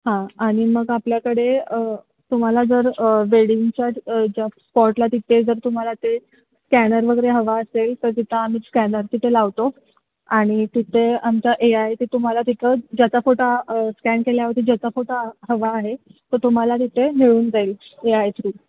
हां आणि मग आपल्याकडे तुम्हाला जर वेडिंगच्या ज्या स्पॉटला तिथे जर तुम्हाला ते स्कॅनर वगैरे हवा असेल तर तिथं आम्ही स्कॅनर तिथे लावतो आणि तिथे आमचा ए आय ते तुम्हाला तिथं ज्याचा फोटो स्कॅन केल्यावरती ज्याचा फोटो हवा आहे तो तुम्हाला तिथे मिळून जाईल ए आय थ्रू